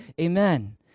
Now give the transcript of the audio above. amen